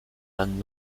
and